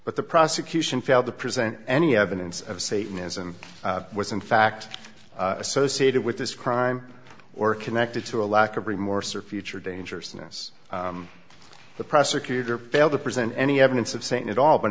but the prosecution failed to present any evidence of satanism was in fact associated with this crime or connected to a lack of remorse or future dangerousness the prosecutor failed to present any evidence of sane at all but